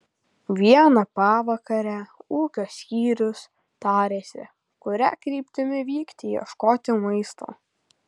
vieną pavakarę ūkio skyrius tarėsi kuria kryptimi vykti ieškoti maisto